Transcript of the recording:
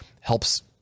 helps